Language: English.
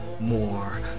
More